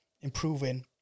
improving